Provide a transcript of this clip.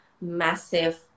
massive